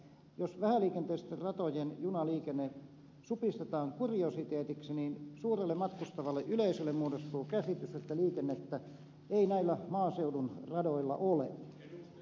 jos vähäliikenteisten ratojen junaliikenne supistetaan kuriositeetiksi niin suurelle matkustavalle yleisölle muodostuu käsitys että liikennettä ei näillä maaseudun radoilla ole